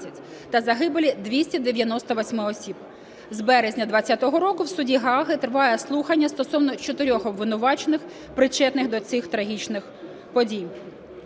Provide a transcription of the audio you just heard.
та загибелі 298 осіб. З березня 20-го року в суді Гааги триває слухання стосовно чотирьох обвинувачених, причетних до цих трагічних подій.